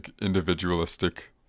individualistic